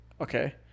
Okay